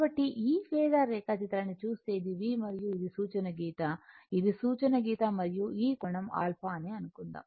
కాబట్టి ఈ ఫేసర్ రేఖాచిత్రాన్ని చూస్తే ఇది V మరియు ఇది సూచన గీత ఇది సూచన గీత మరియు ఈ కోణం α అని అనుకుందాం